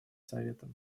советом